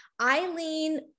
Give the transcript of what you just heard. Eileen